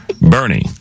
Bernie